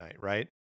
right